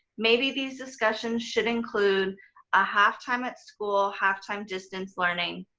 maybe these discussions should include a half time at school, half time distance learning,